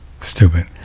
stupid